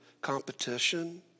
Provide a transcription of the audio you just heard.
competition